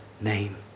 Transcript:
name